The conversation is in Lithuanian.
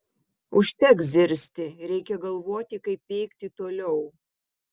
užteks zirzti reikia galvoti kaip veikti toliau